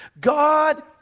God